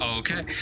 Okay